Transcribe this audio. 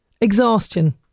exhaustion